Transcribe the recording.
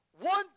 one